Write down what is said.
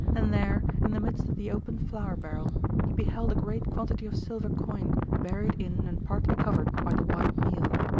and there in the midst of the open flour barrel he beheld a great quantity of silver coin buried in and partly covered by the white meal.